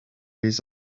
his